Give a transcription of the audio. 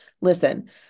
listen